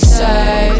say